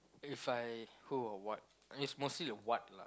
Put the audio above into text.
If I who or what it's mostly the what lah